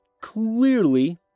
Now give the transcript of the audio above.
Clearly